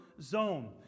zone